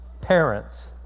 parents